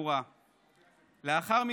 ופוליטיקאים